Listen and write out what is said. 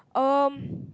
um